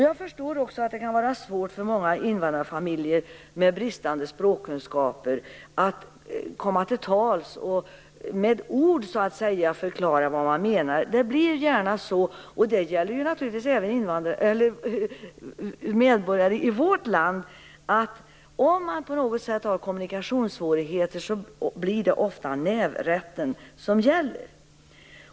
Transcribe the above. Jag förstår att det kan vara svårt för många invandrarfamiljer med bristande språkkunskaper att komma till tals och med ord förklara vad man menar. Då blir det gärna - och detta gäller naturligtvis även medborgare i vårt land - så att om man har kommunikationssvårigheter är det ofta nävrätten som gäller.